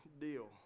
deal